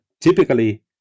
typically